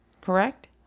Correct